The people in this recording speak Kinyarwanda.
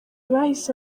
bahise